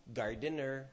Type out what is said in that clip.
gardener